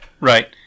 Right